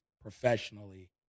professionally